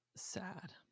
sad